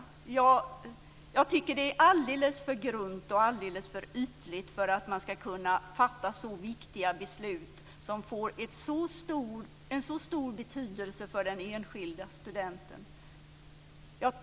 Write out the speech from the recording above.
Jag tycker att det är alldeles för ytligt för att man ska kunna fatta så viktiga beslut, som får en så stor betydelse för den enskilde studenten.